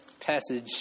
passage